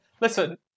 listen